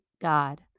God